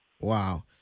Wow